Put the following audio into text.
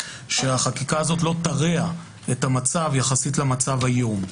שהחקיקה הזאת לא תרע את המצב יחסית למצב היום.